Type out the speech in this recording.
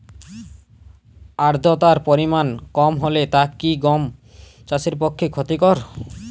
আর্দতার পরিমাণ কম হলে তা কি গম চাষের পক্ষে ক্ষতিকর?